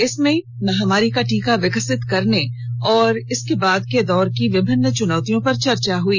इसमें कोविड महामारी का टीका विकसित करने और महामारी के बाद के दौर की विभिन्नि चुनौतियों पर चर्चा हुई